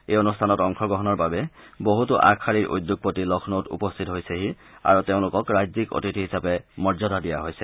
এই অনুষ্ঠানত অংশগ্ৰহণৰ বাবে বহুতো আগশাৰীৰ উদ্যোগপতি লক্ষ্ণৌত উপস্থিত হৈছে আৰু তেওঁলোকক ৰাজ্যিক অতিথি হিচাপে মৰ্যাদা দিয়া হৈছে